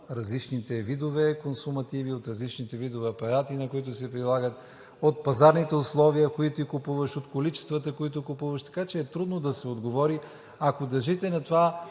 различните видове консумативи, от различните видове апарати, на които се прилагат, от пазарните условия, в които купуваш, от количествата, които купуваш, така че е трудно да се отговори. Ако държите на това,